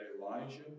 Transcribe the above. Elijah